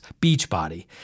Beachbody